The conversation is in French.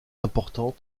importants